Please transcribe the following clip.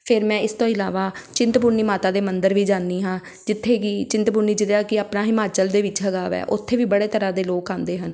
ਫਿਰ ਮੈਂ ਇਸ ਤੋਂ ਇਲਾਵਾ ਚਿੰਤਪੁਰਨੀ ਮਾਤਾ ਦੇ ਮੰਦਿਰ ਵੀ ਜਾਂਦੀ ਹਾਂ ਜਿੱਥੇ ਕਿ ਚਿੰਤਪੁਰਨੀ ਜਿਹਦਾ ਕਿ ਆਪਣਾ ਹਿਮਾਚਲ ਦੇ ਵਿੱਚ ਹੈਗਾ ਹੈ ਉੱਥੇ ਵੀ ਬੜੇ ਤਰ੍ਹਾਂ ਦੇ ਲੋਕ ਆਉਂਦੇ ਹਨ